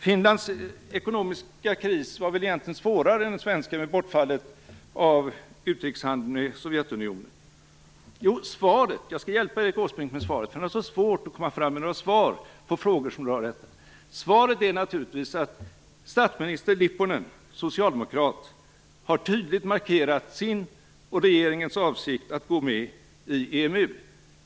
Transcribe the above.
Finlands ekonomiska kris var väl egentligen svårare än den svenska, med bortfallet av utrikeshandeln med Eftersom Erik Åsbrink har så svårt att komma med svar på frågor som rör detta skall jag hjälpa honom. Svaret är naturligtvis att statsminister Lipponen, socialdemokrat, tydligt har markerat sin och regeringens avsikt att gå med i EMU.